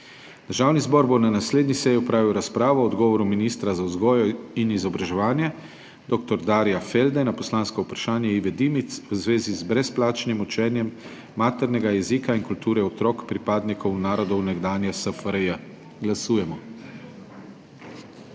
Državni zbor bo na naslednji seji opravil razpravo o odgovoru ministra za vzgojo in izobraževanje dr. Darja Felde na poslansko vprašanje Ive Dimic v zvezi z brezplačnim učenjem maternega jezika in kulture otrok pripadnikov narodov nekdanje SFRJ. Glasujemo.